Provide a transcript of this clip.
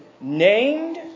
named